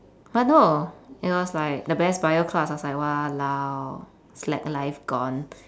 but no it was like the best bio class I was like !walao! slack life gone